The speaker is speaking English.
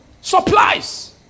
Supplies